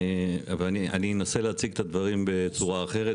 אני אנסה להציג את הדברים בצורה אחרת,